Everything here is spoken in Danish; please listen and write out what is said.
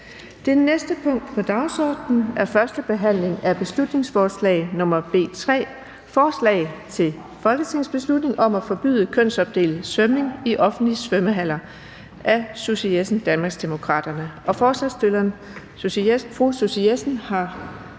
Det næste punkt på dagsordenen er: 10) 1. behandling af beslutningsforslag nr. B 3: Forslag til folketingsbeslutning om at forbyde kønsopdelt svømning i offentlige svømmehaller. Af Susie Jessen (DD) m.fl. (Fremsættelse